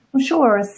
Sure